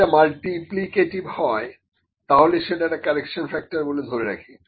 যদি এটা মালটিপ্লিকেটিভ এ হয় তাহলে সেটা একটা কারেকশন ফ্যাক্টর বলে আমরা ধরি